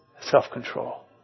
Self-control